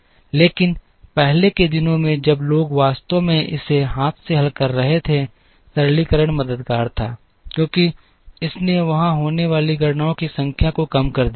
लेकिन पहले के दिनों में जब लोग वास्तव में इसे हाथ से हल कर रहे थे सरलीकरण मददगार था क्योंकि इसने वहां होने वाली गणनाओं की संख्या को कम कर दिया था